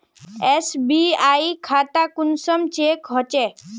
SBI खाता कुंसम check होचे?